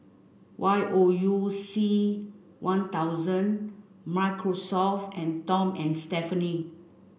Y O U C One thousand Microsoft and Tom and Stephanie